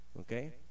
Okay